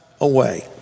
away